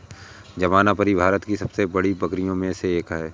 जमनापारी भारत की सबसे बड़ी बकरियों में से एक है